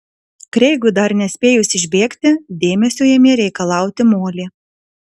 kreigui dar nespėjus išbėgti dėmesio ėmė reikalauti molė